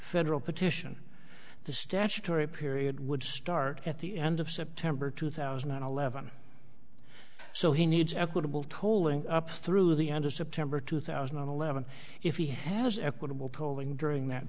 federal petition the statutory period would start at the end of september two thousand and eleven so he needs equitable tolling up through the end of september two thousand and eleven if he has equitable polling during that